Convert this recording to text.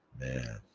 man